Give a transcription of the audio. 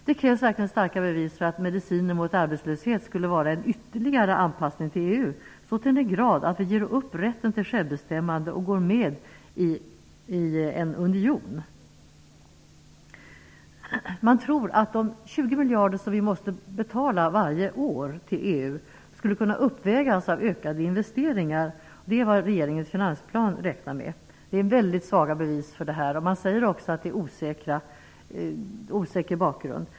Det krävs verkligen starka bevis för att medicinen mot arbetslöshet skulle vara en ytterligare anpassning till EU, så till den grad att vi ger upp rätten till självbestämmande och går med i en union. Man tror att de 20 miljarder som vi måste betala till EU varje år skall kunna uppvägas av ökade investeringar. Det är vad regeringens finansplan räknar med. Det är mycket svaga bevis. Man säger också att bakgrunden är osäker.